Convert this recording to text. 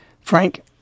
Frank